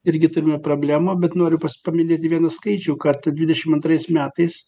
irgi turime problemų bet noriu pas paminėri vieną skaičių kad dvidešimt antrais metais